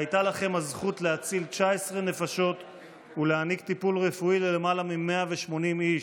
והייתה לכם הזכות להציל 19 נפשות ולהעניק טיפול רפואי ללמעלה מ-180 איש.